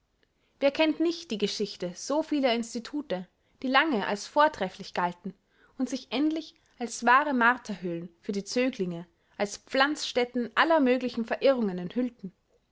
wer kennt nicht die geschichte so vieler institute die lange als vortrefflich galten und sich endlich als wahre marterhöhlen für die zöglinge als pflanzstätten aller möglichen verirrungen enthüllten